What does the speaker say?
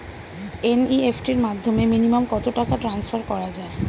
NEFT র মাধ্যমে minimum কত টাকা টান্সফার করা যায়?